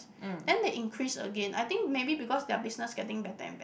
then they increase again I think maybe because their business getting better and bet